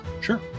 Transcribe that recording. Sure